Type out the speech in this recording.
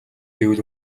гэвэл